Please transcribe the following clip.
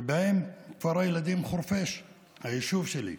ובהם כפר הילדים חורפיש, היישוב שלי.